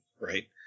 right